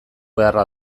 beharra